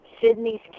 Sydney's